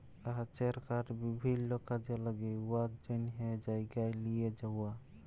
গাহাচের কাঠ বিভিল্ল্য কাজে ল্যাগে উয়ার জ্যনহে জায়গায় লিঁয়ে যাউয়া